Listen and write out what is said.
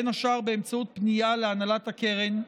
בין השאר באמצעות פנייה להנהלת הקרן,